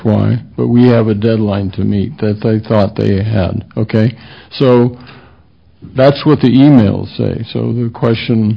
right but we have a deadline to meet that they thought they had ok so that's what the e mails say so the question